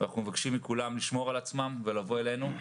אנחנו מבקשים מכולם לשמור על עצמם ולבוא אלינו,